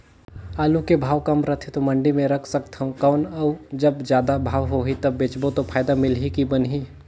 आलू के भाव कम रथे तो मंडी मे रख सकथव कौन अउ जब जादा भाव होही तब बेचबो तो फायदा मिलही की बनही?